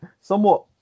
somewhat